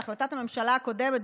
בהחלטת הממשלה הקודמת,